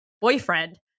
boyfriend